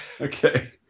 Okay